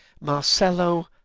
Marcelo